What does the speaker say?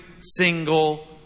single